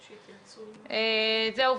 זהו.